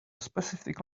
specific